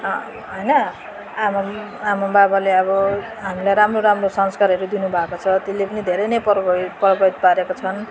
होइन आमा आमा बाबाले अब हामीलाई राम्रो राम्रो संस्कारहरू दिनुभएको छ त्यसले पनि धेरै नै प्रभावित प्रभावित पारेको छन्